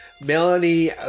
Melanie